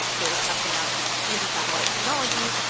they were testing out anti-satellite technology.